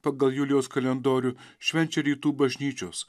pagal julijaus kalendorių švenčia rytų bažnyčios